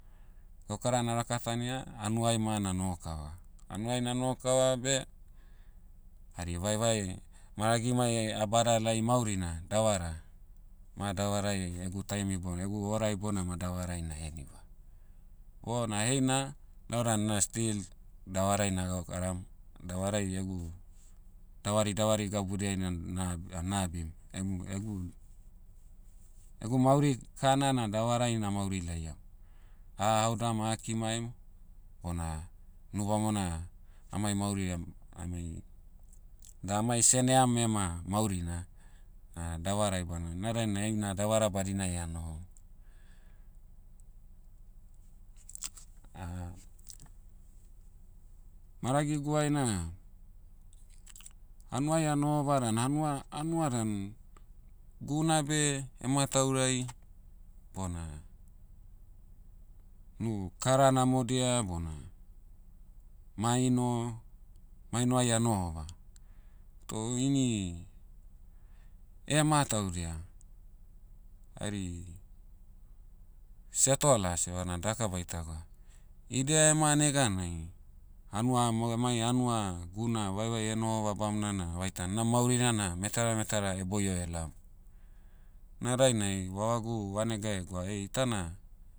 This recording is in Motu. Gaukara na'rakatania, hanuai ma na'noho kava. Hanuai na'noho kava beh, hari vaevae maragimai'ai ah badalai maurina davara, ma davarai egu time ibounai- egu hora ibounai ma davarai na'heniva. Bona heina, lau dan na still, davarai na'gaukaram. Davarai egu, davari davari gabudiai na- na- na'abim. Emu- egu- egu mauri kana na davarai na'mauri laiam. Ah'haodam ah'kimaim, bona, nubamona, amai mauri am- amai- da amai seneam ema maurina, davarai bana na dainai ai na davara badinai a'nohom. maragiguai na, hanuai a'nohova dan hanua- hanua dan, guna beh hemataurai, bona, nu kara namodia bona, maino, maino'ai a'nohova. Toh ini, ema taudia, hari, settlers evana daka baitagwa, idia ema neganai, hanua amo emai hanua, guna vaevae nohova bamona na vaitan na maurina na metara metara boio laom. Na dainai vavagu vanegai egwa ei itana,